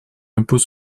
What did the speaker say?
impôt